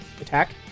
attack